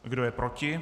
Kdo je proti?